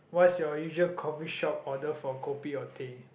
what's your usual coffee shop order for kopi or teh